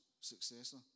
successor